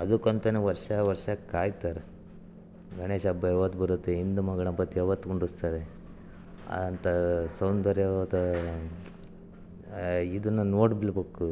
ಅದಕ್ಕೆ ಅಂತನೇ ವರ್ಷ ವರ್ಷ ಕಾಯ್ತಾರೆ ಗಣೇಶ ಹಬ್ಬ ಯಾವತ್ತು ಬರುತ್ತೆ ಹಿಂದೂ ಮಹಾಗಣಪತಿ ಯಾವತ್ತು ಕುಂಡ್ರುಸ್ತಾರೆ ಅಂತ ಸೌಂದರ್ಯವಾದ ಆ ಇದನ್ನ ನೋಡ್ಲೇಬೋಕು